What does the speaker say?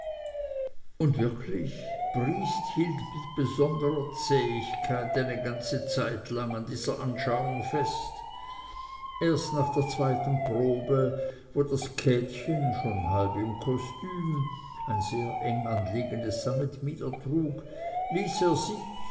und wirklich briest hielt mit besonderer zähigkeit eine ganze zeitlang an dieser anschauung fest erst nach der zweiten probe wo das käthchen schon halb im kostüm ein sehr eng anliegendes sammetmieder trug ließ er sich